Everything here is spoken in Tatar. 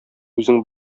үзең